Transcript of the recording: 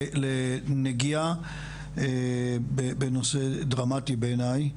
לנגיעה בנושא דרמטי בעיניי.